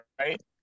right